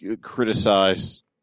criticize